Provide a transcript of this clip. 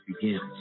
begins